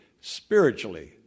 spiritually